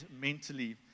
mentally